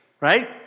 right